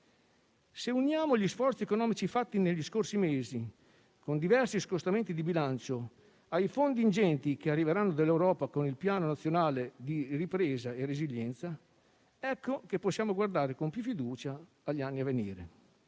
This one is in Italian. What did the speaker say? Se uniamo gli sforzi economici fatti negli scorsi mesi con diversi scostamenti di bilancio ai fondi ingenti che arriveranno dall'Europa con il Piano nazionale di ripresa e resilienza, ecco che possiamo guardare con maggiore fiducia agli anni a venire.